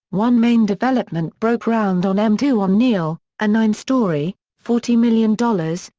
one main development broke ground on m two on neil, a nine-story, forty million dollars,